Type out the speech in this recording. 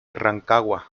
rancagua